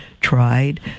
tried